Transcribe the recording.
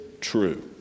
true